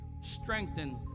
strengthen